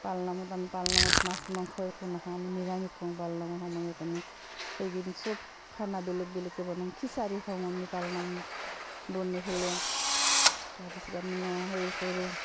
পালনামত আমি পালনামত মাছ মাংস একো নাখাওঁ আমি নিৰামিষ খাওঁ পালনামৰ সময়ত আমি সেইকেইদিন চব খানা বেলেগ বেলেগকৈ বনাওঁ খিচাৰি খাওঁ আমি পালনামত বনাই ফেলে তাৰপিছত আমি ন সেই কৰোঁ